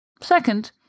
Second